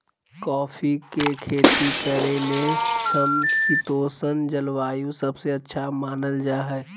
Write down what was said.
coffee के खेती करे ले समशितोष्ण जलवायु सबसे अच्छा मानल जा हई